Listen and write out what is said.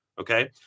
okay